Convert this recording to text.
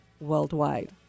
worldwide